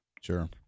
Sure